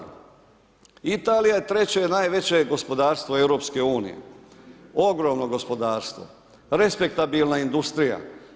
Italija je treće najveće gospodarstvo EU, ogromno gospodarstvo, respektabilna industrija.